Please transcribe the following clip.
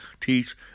teach